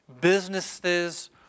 businesses